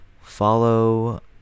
Follow